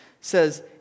says